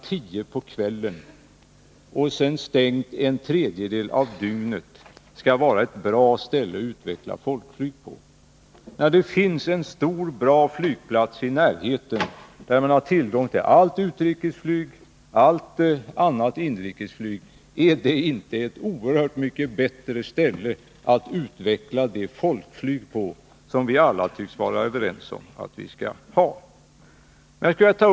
22.00 och är stängd en tredjedel av dygnet, kan vara ett bra ställe att utveckla folkflyget på, när det finns en bra och stor flygplats i närheten, där man har tillgång till allt utrikesflyg och allt annat inrikesflyg hela dygnet! Ärinte det senare ett oerhört mycket bättre ställe att utveckla det folkflyg på som vi alla tycks vara överens om att vi skall ha.